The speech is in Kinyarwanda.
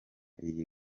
iyi